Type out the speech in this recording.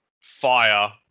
fire